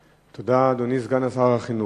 תודה, אדוני סגן שר החינוך.